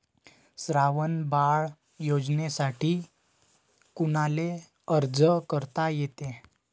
श्रावण बाळ योजनेसाठी कुनाले अर्ज करता येते?